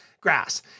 grass